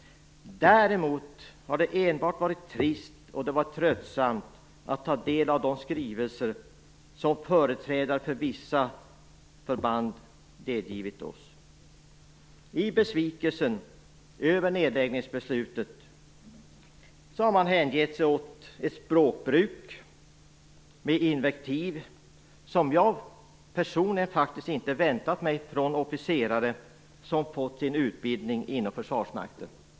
Däremot har det enbart varit trist och tröttsamt att ta del av de skrivelser som företrädare för vissa förband har överlämnat till oss. I besvikelsen över nedläggningsbeslutet har man hängett sig åt ett språkbruk med invektiv som jag personligen faktiskt inte hade väntat mig från officerare som har fått sin utbildning inom Försvarsmakten.